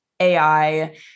AI